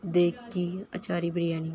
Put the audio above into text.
دیگ کی اچاری بریانی